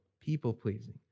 people-pleasing